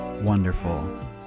wonderful